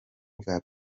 bwa